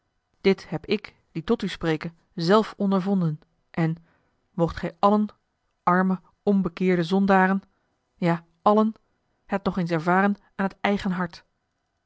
dit heb ik die tot u spreke zelf ondervonden en moogt gij allen arme onbekeerde zondaren ja allen het nog eens ervaren aan het eigen hart